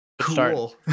cool